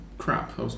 crap